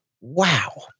wow